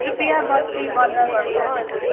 कृपया बत्ती बन्द गर्नुहोस्